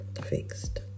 fixed